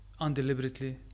undeliberately